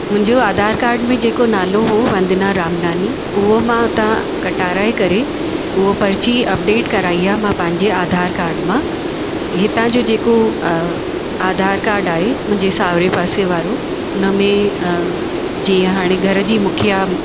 मुंहिंजो आधार कार्ड में जेको नालो हो वंदना रामनानी उहो मां त कटाराए करे उहो पर्ची अपडेट कराई आहे मां पंहिंजे आधार कार्ड मां हितां जा जेको आधार कार्ड आहे मुंहिंजे साहुरे पासे वारो उन में जीअं हाणे घर जी मुखिया